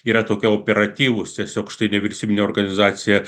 yra tokie operatyvūs tiesiog štai nevyriausybinė organizacija